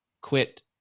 quit